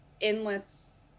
endless